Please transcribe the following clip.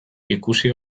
ikusi